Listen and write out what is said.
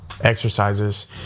exercises